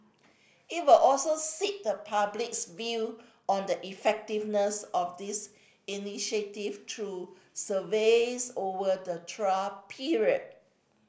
it will also seek the public's view on the effectiveness of this initiative through surveys over the trial period